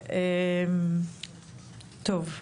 בסדר.